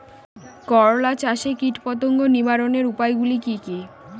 করলা চাষে কীটপতঙ্গ নিবারণের উপায়গুলি কি কী?